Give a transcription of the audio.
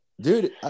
dude